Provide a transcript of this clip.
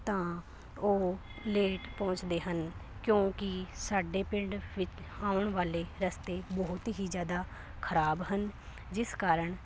ਤਾਂ ਉਹ ਲੇਟ ਪਹੁੰਚਦੇ ਹਨ ਕਿਉਂਕਿ ਸਾਡੇ ਪਿੰਡ ਵਿੱਚ ਆਉਣ ਵਾਲੇ ਰਸਤੇ ਬਹੁਤ ਹੀ ਜ਼ਿਆਦਾ ਖਰਾਬ ਹਨ ਜਿਸ ਕਾਰਨ